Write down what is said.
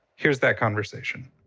here's that conversation.